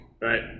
Right